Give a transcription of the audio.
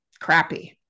crappy